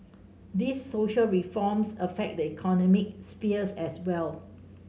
these social reforms affect the economic spheres as well